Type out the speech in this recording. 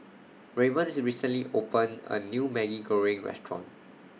Raymon's recently opened A New Maggi Goreng Restaurant